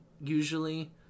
usually